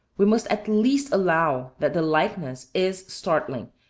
we must at least allow that the likeness is startling,